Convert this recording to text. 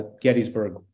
Gettysburg